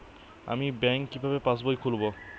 আমি ব্যাঙ্ক কিভাবে পাশবই খুলব?